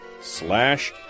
slash